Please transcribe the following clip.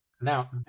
Now